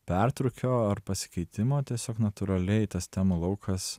pertrūkio ar pasikeitimo tiesiog natūraliai tas temų laukas